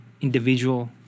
individual